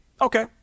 Okay